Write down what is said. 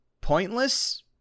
pointless